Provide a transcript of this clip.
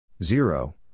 zero